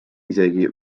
isegi